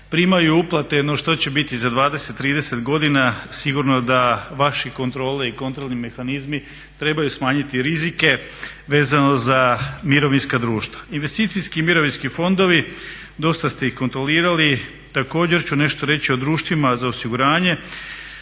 primaju uplate. No, što će biti za 20, 30 godina. Sigurno da vaše kontrole i kontrolni mehanizmi trebaju smanjiti rizike vezano za mirovinska društva. Investicijski mirovinski fondovi, dosta ste ih kontrolirali. Također ću nešto reći o društvima za osiguranje.